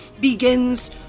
begins